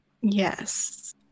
Yes